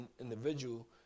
individual